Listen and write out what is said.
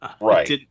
Right